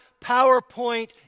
PowerPoint